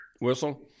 Whistle